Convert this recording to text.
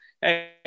hey